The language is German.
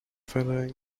verdrängt